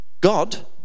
God